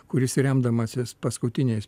kuris remdamasis paskutiniais